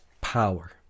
power